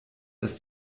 dass